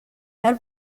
head